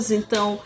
então